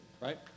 right